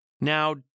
Now